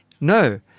No